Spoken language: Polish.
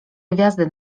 gwiazdy